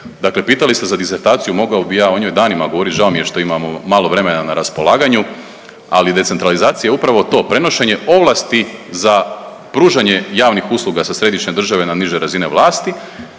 Dakle, pitali ste za disertaciju. Mogao bih ja o njoj danima govoriti, žao mi je što imamo malo vremena na raspolaganju ali decentralizacija je upravo to prenošenje ovlasti za pružanje javnih usluga sa središnje države na niže razine vlasti